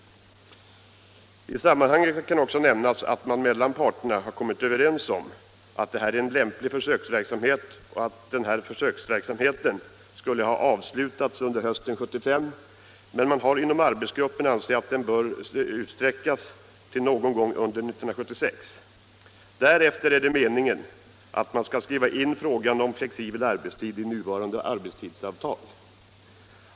I sammanhanget kan också nämnas att parterna har kommit överens om att detta är en lämplig försöksverksamhet och att den skulle ha avslutats under hösten 1975. Men man har inom arbetsgrupperna ansett att den bör utsträckas till någon gång under 1976. Därefter är det meningen att man skall skriva in frågan om flexibel arbetstid i nuvarande arbetstidsavtal.